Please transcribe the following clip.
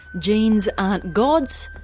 genes aren't gods,